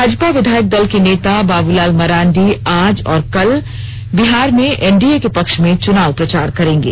भाजपा विधायक दल के नेता बाबूलाल मरांडी आज और कल बिहार में एनडीए के पक्ष में चुनाव प्रचार करेंगे